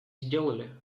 сделали